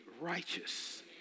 righteous